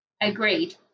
Agreed